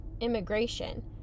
immigration